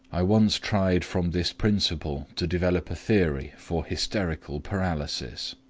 i once tried from this principle to develop a theory for hysterical paralysis.